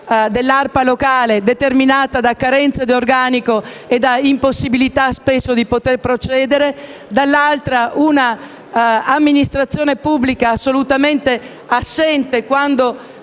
dell'ARPA locale, determinata da carenza di organico e dall'impossibilità spesso di poter procedere. Il secondo elemento è un'amministrazione pubblica assolutamente assente, quando